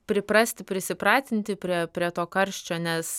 priprasti prisipratinti prie prie to karščio nes